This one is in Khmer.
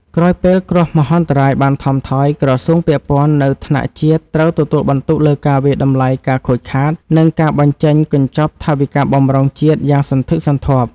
ក្រោយពេលគ្រោះមហន្តរាយបានថមថយ ក្រសួងពាក់ព័ន្ធនៅថ្នាក់ជាតិត្រូវទទួលបន្ទុកលើការវាយតម្លៃការខូចខាត និងការបញ្ចេញកញ្ចប់ថវិកាបម្រុងជាតិយ៉ាងសន្ធឹកសន្ធាប់។